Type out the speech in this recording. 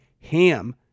HAM